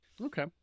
Okay